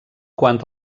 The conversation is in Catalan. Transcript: quant